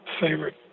favorite